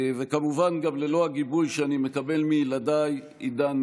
וכמובן גם ללא הגיבוי שאני מקבל מילדיי עידן,